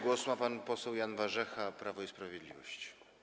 Głos ma pan poseł Jan Warzecha, Prawo i Sprawiedliwość.